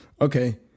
okay